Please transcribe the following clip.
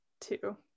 two